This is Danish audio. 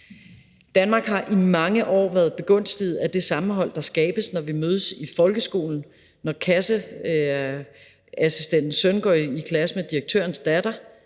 Danmark har i mange år været begunstiget af det sammenhold, der skabes, når vi mødes i folkeskolen – når kasseassistentens søn går i klasse med direktørens datter.